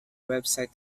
website